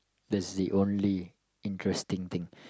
that's the only interesting thing